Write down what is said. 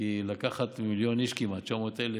כי לקחת כמעט מיליון איש, 900,000,